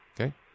okay